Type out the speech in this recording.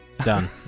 Done